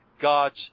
God's